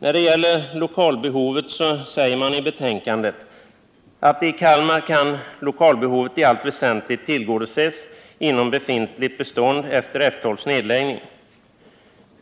När det gäller lokalbehovet säger man i betänkandet, att ”i Kalmar kan lokalbehovet i allt väsentligt tillgodoses inom befintligt bestånd efter F 12:s nedläggning”.